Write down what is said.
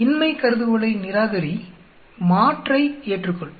இன்மை கருதுகோளை நிராகரி மாற்றை ஏற்றுக்கொள்